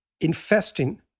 infesting